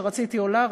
שרציתי עולה,